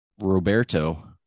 Roberto